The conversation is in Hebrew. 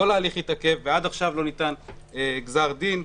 כל התהליך התעכב ועד עכשיו לא ניתן גזר דין.